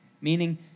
Meaning